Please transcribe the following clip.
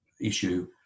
issue